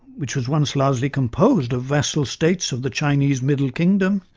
which was once largely composed of vassal states of the chinese middle kingdom,